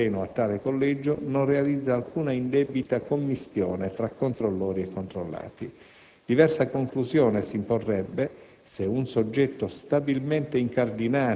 La presenza di alti dirigenti del Ministero in seno a tale collegio non realizza alcuna indebita commistione tra controllori e controllati. Diversa conclusione s'imporrebbe